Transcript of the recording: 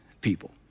people